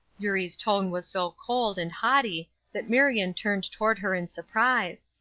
eurie's tone was so cold and haughty that marion turned toward her in surprise,